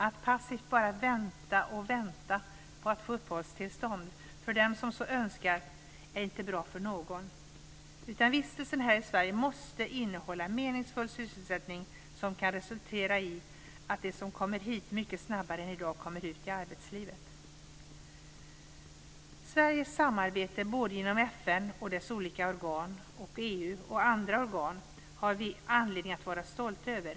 Att passivt bara vänta och vänta på att få uppehållstillstånd för dem som så önskar är inte bra för någon, utan vistelsen här i Sverige måste innehålla meningsfull sysselsättning som kan resultera i att de som kommer hit mycket snabbare än i dag kommer ut i arbetslivet. Sveriges samarbete både inom FN och dess olika organ och inom EU och andra organ har vi anledning att vara stolta över.